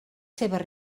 seves